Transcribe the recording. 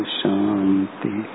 shanti